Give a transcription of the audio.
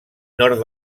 nord